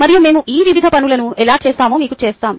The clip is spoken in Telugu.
మరియు మేము ఈ వివిధ పనులను ఎలా చేసామో మీకు చెప్తాను